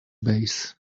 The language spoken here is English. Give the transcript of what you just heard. bass